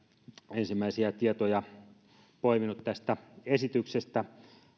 ensimmäisiä tietoja poiminut tästä esityksestä